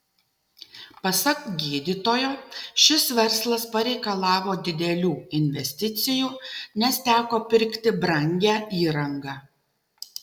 pasak gydytojo šis verslas pareikalavo didelių investicijų nes teko pirkti brangią įrangą